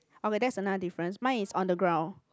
okay that's another difference mine is on the ground